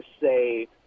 say